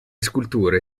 sculture